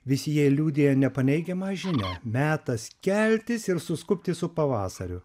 visi jie liudija nepaneigiamą žinią metas keltis ir suskubti su pavasariu